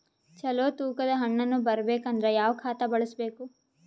ಚಲೋ ತೂಕ ದ ಹಣ್ಣನ್ನು ಬರಬೇಕು ಅಂದರ ಯಾವ ಖಾತಾ ಬಳಸಬೇಕು?